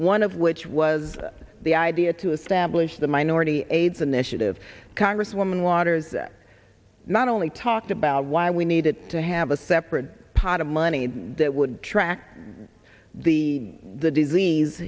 one of which was the idea to assemblage the minority aids initiative congresswoman waters not only talked about why we needed to have a separate pot of money that would track the the disease